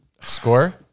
score